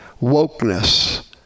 wokeness